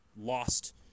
lost